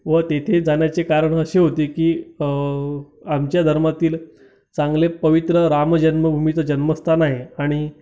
व तिथे जाण्याचे कारण असे होते की आमच्या धर्मातील चांगले पवित्र रामजन्मभूमीचं जन्मस्थान आहे आणि